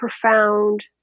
profound